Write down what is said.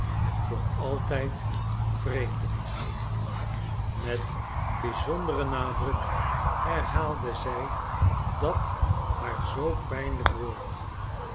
voor altijd vreemden met bizonderen nadruk herhaalde zij dat haar zoo pijnlijk woord